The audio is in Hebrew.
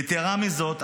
יתרה מזאת,